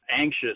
anxious